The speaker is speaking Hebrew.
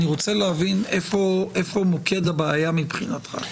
אני רוצה להבין איפה מוקד הבעיה מבחינתך?